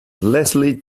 leslie